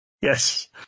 Yes